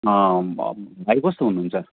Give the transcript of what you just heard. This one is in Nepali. भ भाइ कस्तो हुनुहुन्छ